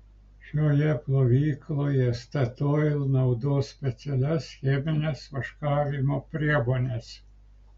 šioje plovykloje statoil naudos specialias chemines vaškavimo priemones